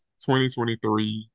2023